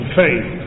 faith